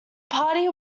party